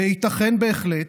וייתכן בהחלט